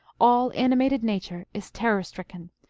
all animated nature is terror-stricken.